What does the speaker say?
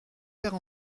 père